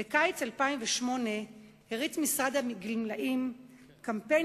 בקיץ 2008 הריץ המשרד לענייני גמלאים קמפיין